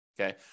Okay